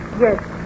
Yes